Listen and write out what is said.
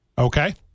Okay